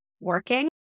working